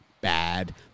bad